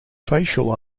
facial